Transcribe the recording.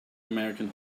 american